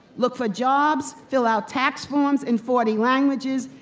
look for jobs, fill out tax forms in forty languages,